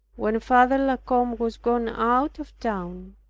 when father la combe was gone out of town,